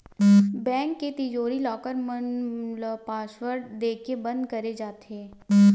bank के तिजोरी, locker मन ल पासवर्ड देके बंद करे जाथे